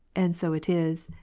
and so it is,